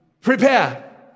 Prepare